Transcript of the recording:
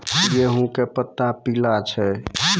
गेहूँ के पत्ता पीला छै?